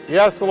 Yes